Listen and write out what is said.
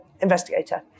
investigator